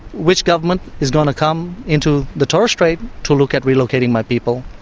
which government is going to come into the torres strait to look at relocating my people?